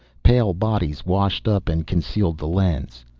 pale bodies washed up and concealed the lens.